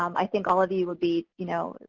um i think all of you will be, you know,